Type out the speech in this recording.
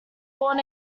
born